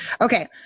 Okay